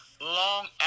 long